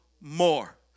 more